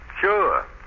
Sure